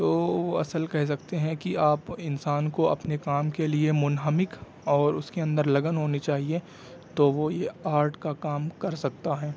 تو اصل کہہ سکتے ہیں کہ آپ انسان کو اپنے کام کے لیے منہمک اور اس کے اندر لگن ہونی چاہیے تو وہ یہ آرٹ کا کام کر سکتا ہے